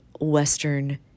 Western